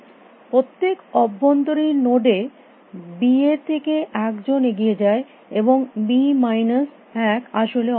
প্রত্যেক অভ্যন্তরীণ নোড এ বি এর থেকে একজন এগিয়ে যায় এবং বি মাইনাস এক আসলে অপনীত হয়